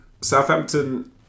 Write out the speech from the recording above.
Southampton